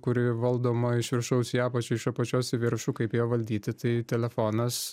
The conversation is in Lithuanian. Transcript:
kuri valdoma iš viršaus į apačią iš apačios į viršų kaip ją valdyti tai telefonas